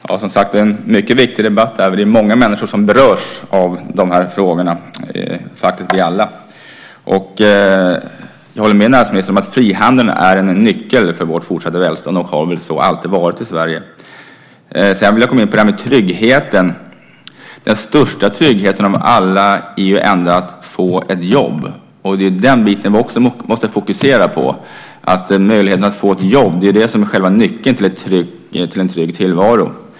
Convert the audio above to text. Herr talman! Detta är som sagt en mycket viktig debatt eftersom det är många människor som berörs av dessa frågor - faktiskt vi alla. Jag håller med näringsministern om att frihandeln är en nyckel för vårt fortsatta välstånd och har väl så alltid varit i Sverige. Sedan vill jag komma in på detta med tryggheten. Den största tryggheten är ändå att få ett jobb, och det måste vi också fokusera på. Möjligheten att få ett jobb är själva nyckeln till en trygg tillvaro.